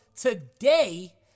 today